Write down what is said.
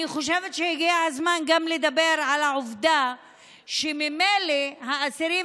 אני חושבת שהגיע הזמן גם לדבר על העובדה שממילא האסירים